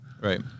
Right